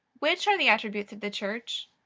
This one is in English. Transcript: which are the attributes of the church?